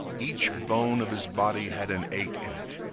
each bone of his body had an ache in it,